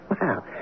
Wow